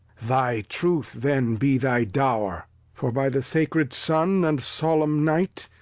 thy truth then be thy dow'r for by the sacred sun, and solemn night,